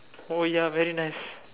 oh ya very nice